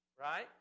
right